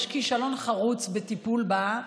יש כישלון חרוץ בטיפול בה,